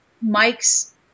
Mike's